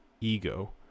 ego